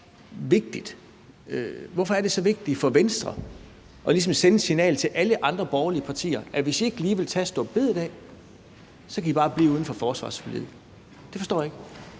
Hvorfor er det så så vigtigt for Venstre at sende et signal til alle andre borgerlige partier om, at hvis de ikke lige vil tage store bededag, kan de bare blive uden for forsvarsforliget? Det forstår jeg ikke.